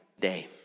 day